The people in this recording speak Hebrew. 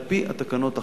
על-פי התקנות החדשות,